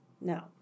No